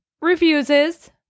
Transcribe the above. refuses